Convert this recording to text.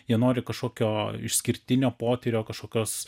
jie nori kažkokio išskirtinio potyrio kažkokios